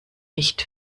nicht